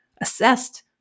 assessed